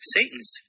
Satan's